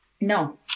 No